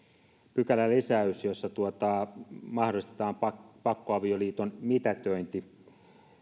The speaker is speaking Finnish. pykälälisäys jossa mahdollistetaan pakkoavioliiton mitätöinti